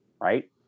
right